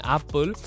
Apple